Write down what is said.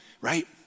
right